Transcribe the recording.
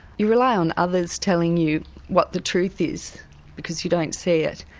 you rely on others telling you what the truth is because you don't see it.